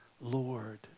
Lord